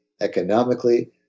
economically